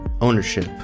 ownership